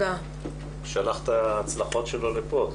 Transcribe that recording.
הוא שלח את ההצלחות שלו לפה.